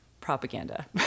propaganda